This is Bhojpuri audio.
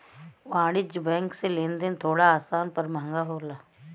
वाणिज्यिक बैंक से लेन देन थोड़ा आसान पर महंगा होला